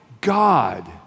God